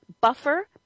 Buffer